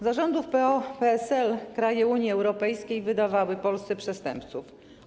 Za rządów PO-PSL kraje Unii Europejskiej wydawały Polsce przestępców.